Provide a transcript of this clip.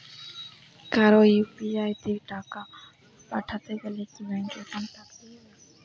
কারো ইউ.পি.আই তে টাকা পাঠাতে গেলে কি ব্যাংক একাউন্ট থাকতেই হবে?